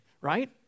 right